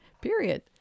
period